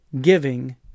giving